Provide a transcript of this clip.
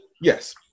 Yes